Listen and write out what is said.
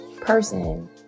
person